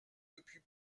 depuis